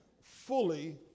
fully